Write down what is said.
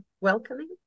welcoming